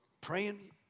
praying